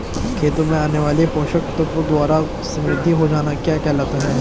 खेतों में आने वाले पोषक तत्वों द्वारा समृद्धि हो जाना क्या कहलाता है?